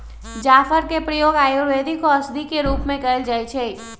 जाफर के प्रयोग आयुर्वेदिक औषधि के रूप में कएल जाइ छइ